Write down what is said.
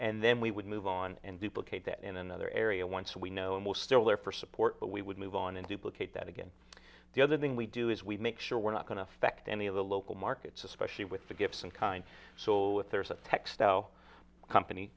and then we would move on and duplicate that in another area once we know and we'll still be there for support but we would move on and duplicate that again the other thing we do is we make sure we're not going to affect any of the local markets especially with the gibson kind so there's a textile company